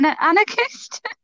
Anarchist